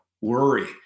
worry